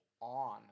on